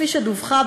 כפי שדווחה,